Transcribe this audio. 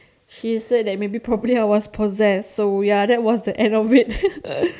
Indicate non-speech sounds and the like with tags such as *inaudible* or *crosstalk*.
she said that maybe probably I was possessed so ya that was the end of it *laughs*